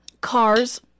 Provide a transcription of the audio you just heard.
Cars